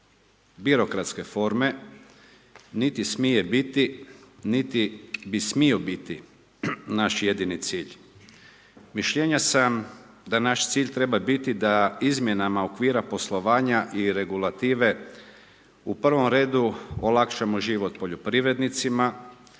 birokratske forme niti smije biti niti bi smio biti naš jedini cilj. Mišljenja sam da naš cilj treba biti da izmjenama okvira poslovanja i regulative u prvom redu olakšamo život poljoprivrednicima,